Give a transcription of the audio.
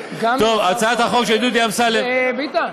טוב, הצעת החוק של דודי אמסלם, ביטן,